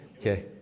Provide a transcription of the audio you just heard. Okay